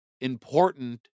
important